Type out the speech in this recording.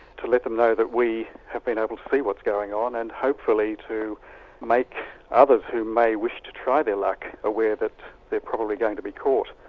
to let them know that we have been able to see what's going on and hopefully to make others who may wish to try their luck, aware that they're probably going to be caught.